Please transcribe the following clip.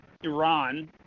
Iran